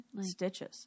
Stitches